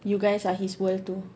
you guys are his world too